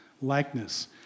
likeness